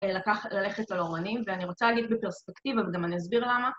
לקחת, ללכת לאמנים, ואני רוצה להגיד בפרספקטיבה וגם אני אסביר למה